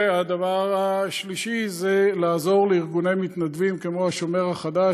הדבר השלישי זה לעזור לארגוני מתנדבים כמו "השומר החדש",